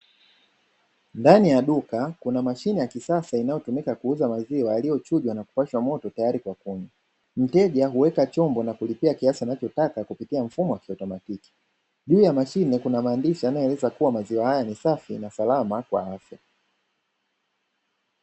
Ndani ya duka kuna mashine ya kisasa inayotumika kuuza maziwa yaliyochujwa na kupashwa moto tayari kwa kunywa, mteja huweka chombo na kulipia kiasi anachotaka kupitia mfumo wa kiautomatiki. Juu ya mashine kuna maandishi yanayoeleza kua maziwa haya ni safi na salama kwa afya.